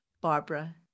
Barbara